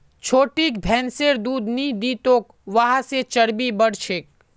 छोटिक भैंसिर दूध नी दी तोक वहा से चर्बी बढ़ छेक